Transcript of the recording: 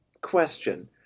question